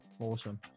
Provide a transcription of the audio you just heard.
awesome